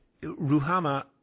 Ruhama